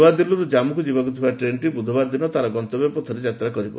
ନୃଆଦିଲ୍ଲୀରୁ ଜାମ୍ମୁକୁ ଯିବାକୁ ଥିବା ଟ୍ରେନ୍ଟି ବୁଧବାର ଦିନ ତାର ଗନ୍ତବ୍ୟ ପଥରେ ଯାତ୍ରା କରିବ